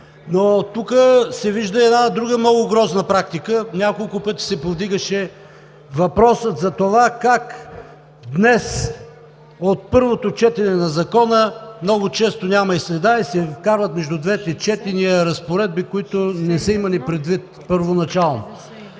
Но тук се вижда и една друга много грозна практика. Няколко пъти се повдигаше въпросът днес за това как от първото четене на Закона много често няма и следа и между двете четения се вкарват разпоредби, които не са предвидени първоначално.